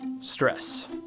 Stress